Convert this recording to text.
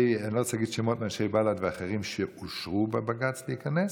אני לא רוצה להגיד שמות מאנשי בל"ד ואחרים שאושרו בבג"ץ להיכנס,